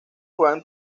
juegan